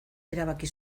erabaki